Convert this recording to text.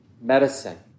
medicine